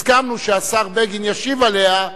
הסכמנו שהשר בגין ישיב עליה,